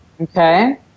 Okay